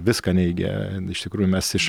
viską neigia iš tikrųjų mes iš